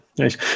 Nice